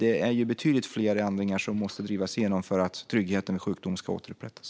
Dock är det betydligt fler ändringar som måste drivas igenom för att tryggheten vid sjukdom ska återupprättas.